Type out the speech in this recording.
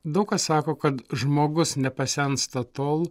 daug kas sako kad žmogus nepasensta tol